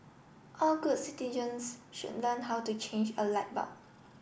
all good citizens should learn how to change a light bulb